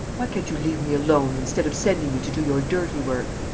why can't you leave me alone, instead of sending me to do your dirty work?